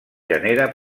genera